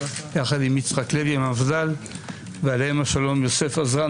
יחד עם יצחק לוי מהמפד"ל ועליהם השלום יוסף אזרן